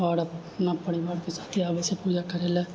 आओर अपना परिवारके साथे आबै छै पूजा करय लेल